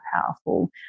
powerful